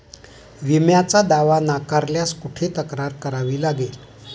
विम्याचा दावा नाकारल्यास कुठे तक्रार करावी लागेल?